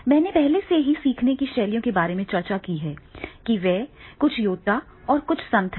मैंने पहले से ही सीखने की शैलियों के बारे में चर्चा की है कि वे कुछ योद्धा और कुछ संत हैं